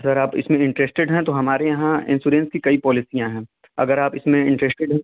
sir आप इसमें interested हैं तो हमारे यहाँ इंसोरेंस की कई पॉलिसियाँ हैं अगर आप इसमें इंटरेस्टेड हैं